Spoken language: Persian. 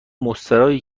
مستراحی